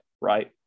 Right